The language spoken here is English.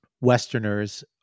Westerners